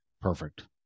Perfect